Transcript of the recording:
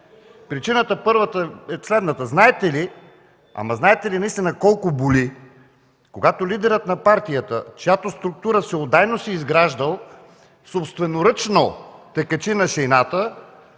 причини! Първата е следната. Знаете ли наистина колко боли, когато лидерът на партията, чиято структура всеотдайно си изграждал, собственоръчно те качи на шейната,